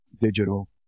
digital